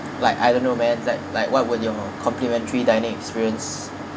like I don't know man like like what will your complimentary dining experience